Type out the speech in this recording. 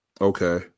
Okay